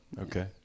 Okay